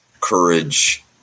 courage